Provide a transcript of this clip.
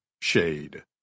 shade